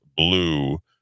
blue